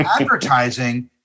advertising